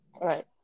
Right